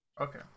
Okay